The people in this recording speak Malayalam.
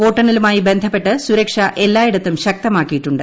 വോട്ടെണ്ണലുമായി ബന്ധപ്പെട്ട് സുരക്ഷ എല്ലായിടത്തു ശക്തമാക്കിയിട്ടുണ്ട്